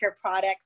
products